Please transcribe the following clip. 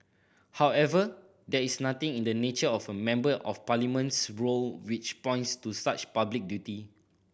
however there is nothing in the nature of a Member of Parliament's role which points to such public duty